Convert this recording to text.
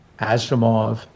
Asimov